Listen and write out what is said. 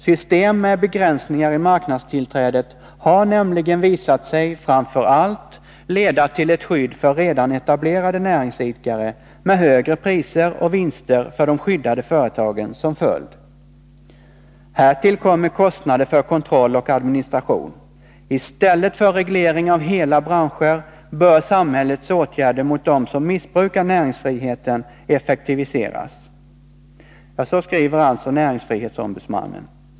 System med begränsningar i marknadstillträdet har nämligen visat sig framför allt leda till ett skydd för redan etablerade näringsidkare med högre priser och vinster för de skyddade företagen som följd. Härtill kommer kostnader för kontroll och administration. I stället för reglering av hela branscher bör samhällets åtgärder mot dem som missbrukar näringsfriheten effektiviseras.” Så skriver alltså näringsfrihetsombudsmannen.